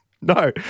No